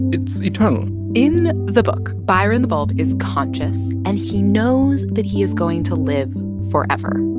it's eternal in the book, byron the bulb is conscious, and he knows that he is going to live forever.